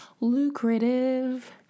lucrative